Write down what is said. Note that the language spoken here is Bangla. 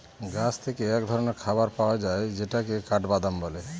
গাছ থেকে এক ধরনের খাবার পাওয়া যায় যেটাকে কাঠবাদাম বলে